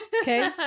Okay